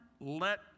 let